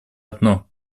одно